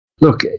Look